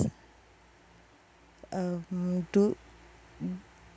um do mm